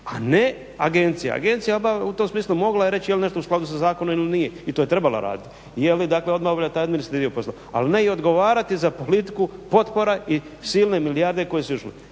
a ne agencija. Agencija je obavila u tom smislu, mogla je reći je li nešto u skladu sa zakonom ili nije i to je trebala raditi, je li dakle odmah obavlja i taj administrativni dio posla. Ali ne i odgovarati za politiku potpora i silne milijarde koje su išle